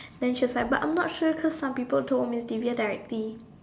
then she was like but I'm not sure cause some people told Miss Divya directly